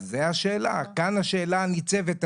אז זו השאלה, כאן השאלה הניצבת.